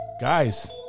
guys